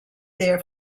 there